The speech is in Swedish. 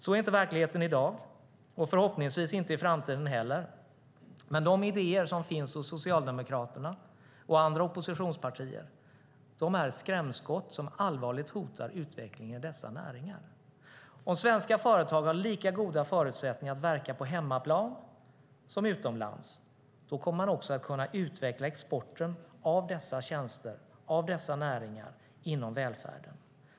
Så är inte verkligheten i dag och förhoppningsvis inte i framtiden heller, men de idéer som finns hos Socialdemokraterna och andra oppositionspartier är skrämskott som allvarligt hotar utvecklingen i dessa näringar. Om svenska företag har lika goda förutsättningar att verka på hemmaplan som utomlands kommer man också att kunna utveckla exporten av dessa tjänster, av dessa näringar inom välfärden.